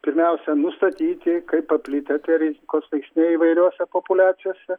pirmiausia nustatyti kaip paplitę tie rizikos veiksniai įvairiose populiacijose